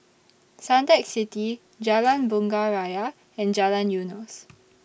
Suntec City Jalan Bunga Raya and Jalan Eunos